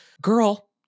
Girl